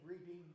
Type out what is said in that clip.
reading